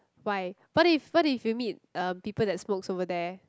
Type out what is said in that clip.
why what if what if you meet um people that smokes over there